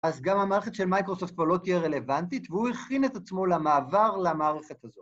‫אז גם המערכת של מייקרוסופט ‫פה לא תהיה רלוונטית, ‫והוא הכין את עצמו למעבר ‫למערכת הזאת.